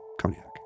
cognac